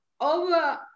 over